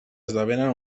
esdevenen